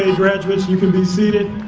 graduates, you can be seated.